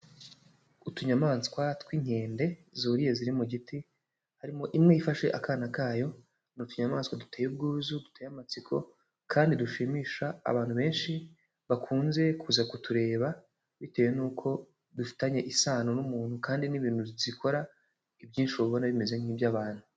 Utunyamaswa tw'inkende zuriye ziri mu giti harimo imwe ifashe akana kayo n'utunyamaswa duteye ubwuzu, duteye amatsiko kandi dushimisha abantu benshi bakunze kuza kutureba bitewe nuko dufitanye isano n'umuntu kandi n'ibintu zikora ibyinshi uba ubona bimeze nk'iby'abantu.